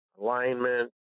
alignment